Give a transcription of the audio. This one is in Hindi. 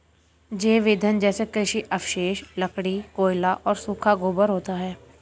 जैव ईंधन जैसे कृषि अवशेष, लकड़ी, कोयला और सूखा गोबर होता है